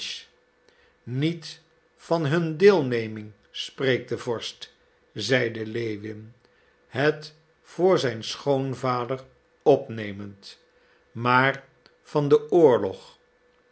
niet van hun deelneming spreekt de vorst zeide lewin het voor zijn schoonvader opnemend maar van den oorlog